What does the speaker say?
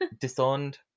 Disowned